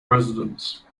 residents